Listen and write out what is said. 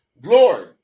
Glory